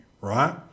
right